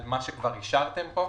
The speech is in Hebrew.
על מה שכבר אישרתם פה.